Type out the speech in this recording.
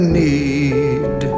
need